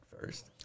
first